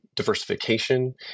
diversification